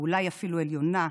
אולי אפילו עליונה,